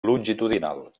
longitudinal